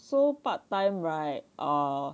so part time right err